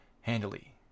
handily